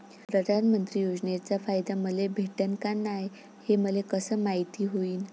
प्रधानमंत्री योजनेचा फायदा मले भेटनं का नाय, हे मले कस मायती होईन?